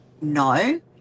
No